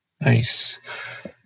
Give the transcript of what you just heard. Nice